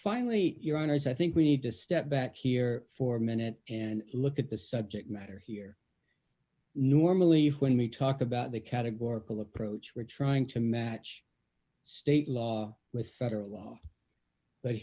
finally your honour's i think we need to step back here for a minute and look at the subject matter here normally when we talk about the categorical approach we're trying to match state law with federal